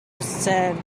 said